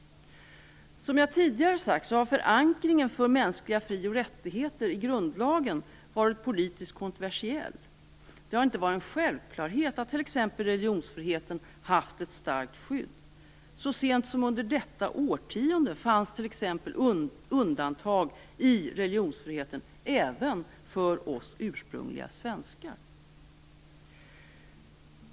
Som jag tidigare sagt har förankringen för mänskliga fri och rättigheter i grundlagen varit politiskt kontroversiell. Det har inte varit en självklarhet att t.ex. religionsfriheten haft ett starkt skydd. Så sent som under detta årtionde fanns t.ex. undantag i religionsfriheten även för oss ursprungliga svenskar.